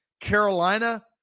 carolina